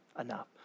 enough